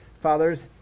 fathers